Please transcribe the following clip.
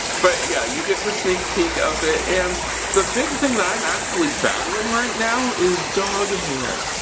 but, yeah you get the sneak peak of it and the big thing that i am actually battling right now is dog hair.